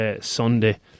Sunday